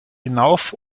hinauf